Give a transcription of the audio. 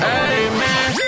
amen